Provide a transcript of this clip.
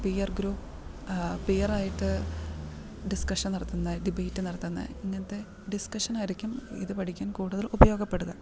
peer group പിയറായിട്ട് discussion നടത്തുന്ന debate നടത്തുന്ന ഇങ്ങനത്തെ ഡിസ്കഷനായിരിക്കും ഇത് പഠിക്കാൻ കൂടുതൽ ഉപയോഗപ്പെടുക